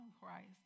Christ